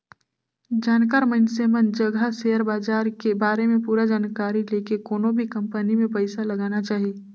जानकार मइनसे मन जघा सेयर बाजार के बारे में पूरा जानकारी लेके कोनो भी कंपनी मे पइसा लगाना चाही